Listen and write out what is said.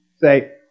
say